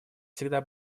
всегда